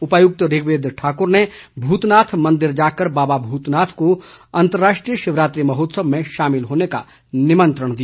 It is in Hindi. उपायुक्त ऋग्वेद ठाकुर ने भूतनाथ मंदिर जाकर बाबा भूतनाथ को अंतर्राष्ट्रीय शिवरात्रि महोत्सव में शामिल होने का निमंत्रण दिया